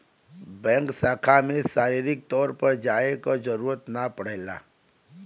bank शाखा में शारीरिक तौर पर जाये क जरुरत ना पड़ेला